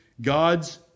God's